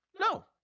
No